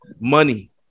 Money